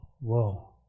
whoa